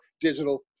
digital